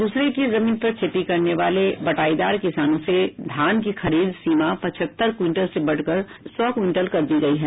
दूसरे की जमीन पर खेती करने वाले बटाईदार किसानों से धान की खरीद सीमा पचहत्तर क्विंटल से बढाकर सौ क्विंटल कर दी गई है